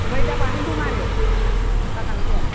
ओमफ्राय दा बेहायनो दं आरो बागानाव दं